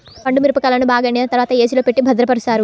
పండు మిరపకాయలను బాగా ఎండిన తర్వాత ఏ.సీ లో పెట్టి భద్రపరుస్తారు